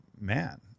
man